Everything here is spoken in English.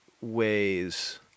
ways